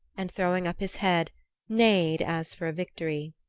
and throwing up his head neighed as for a victory.